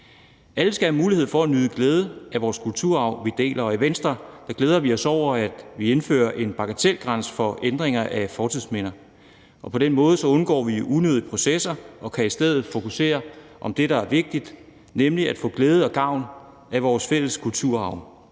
Alle skal have mulighed for at glædes over og nyde godt af vores kulturarv, som vi deler, og i Venstre glæder vi os over, at vi indfører en bagatelgrænse for ændringer af fortidsminder. På den måde undgår vi unødige processer og kan i stedet fokusere på det, der er vigtigt, nemlig at få glæde og gavn af vores fælles kulturarv.